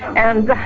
and